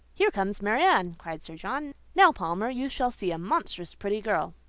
here comes marianne, cried sir john. now, palmer, you shall see a monstrous pretty girl.